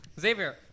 Xavier